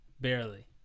barely